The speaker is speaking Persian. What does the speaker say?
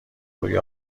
روی